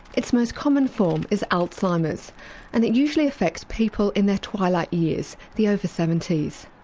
its most common form is alzheimer's and it usually affects people in their twilight years the over seventy s.